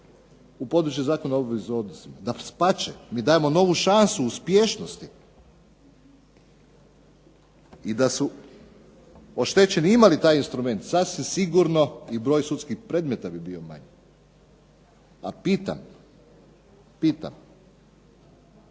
u područje Zakona o obveznim odnosima, dapače mi dajemo novu šansu uspješnosti i da su oštećeni imali taj instrument sasvim sigurno i broj sudskih predmeta bi bio manji. A pitam, jedini